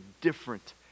different